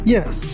Yes